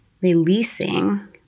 releasing